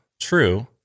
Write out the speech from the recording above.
true